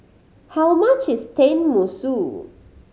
how much is Tenmusu